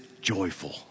joyful